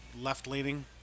left-leaning